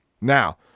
Now